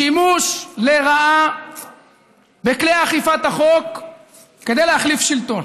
שימוש לרעה בכלי אכיפת החוק כדי להחליף שלטון.